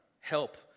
help